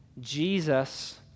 Jesus